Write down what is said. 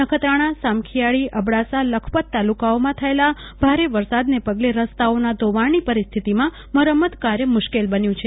નખત્રાણા સામખોયારી અ બડાસા લખપત તાલુકાઓમાં થયેલા ભારે વરસાદને પગલે રસ્તાઓનાં ધોવાણની પરિસ્થિતિમાં મરંમ ત કાય મશ્કેલ બન્યુ છ